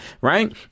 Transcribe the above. Right